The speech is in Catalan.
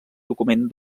document